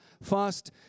fast